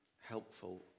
helpful